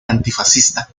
antifascista